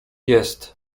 jest